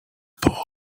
запомнят